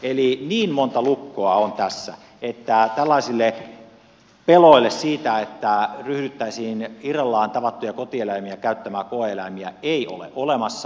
eli niin monta lukkoa on tässä että tällaisille peloille siitä että ryhdyttäisiin irrallaan tavattuja kotieläimiä käyttämään koe eläiminä ei ole olemassa perustetta